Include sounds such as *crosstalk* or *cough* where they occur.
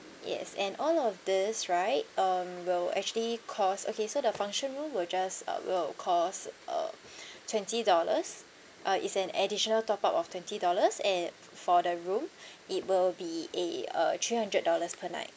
yes and all of these right um will actually cost okay so the function room will just uh will cost uh *breath* twenty dollars uh it's an additional top up of twenty dollars and for the room *breath* it will be eh uh three hundred dollars per night